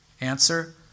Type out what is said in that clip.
Answer